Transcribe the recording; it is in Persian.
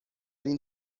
این